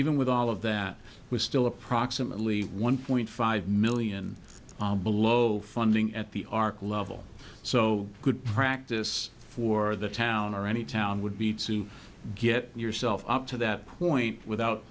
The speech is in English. even with all of that we're still approximately one point five million below funding at the arc level so good practice for the town or any town would be to get yourself up to that point without